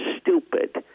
stupid